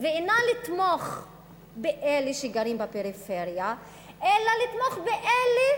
ואינה לתמוך באלה שגרים בפריפריה אלא לתמוך באלה